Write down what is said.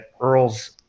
Earl's